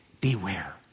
Beware